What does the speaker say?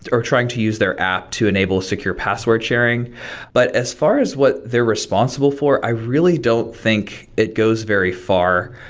or trying to use their app to enable a secure password sharing but as far as what they're responsible for, i really don't think it goes very far.